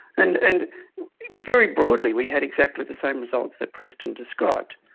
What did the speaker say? and and very broadly we had exactly the same results that preston described.